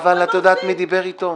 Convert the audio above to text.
אבל את יודעת מי דיבר אתו.